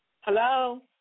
Hello